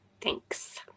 thanks